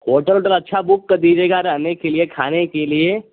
hotel जरा अच्छा book कर दीजिएगा रहने के लिए खाने के लिए